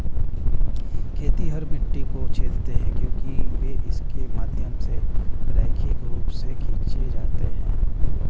खेतिहर मिट्टी को छेदते हैं क्योंकि वे इसके माध्यम से रैखिक रूप से खींचे जाते हैं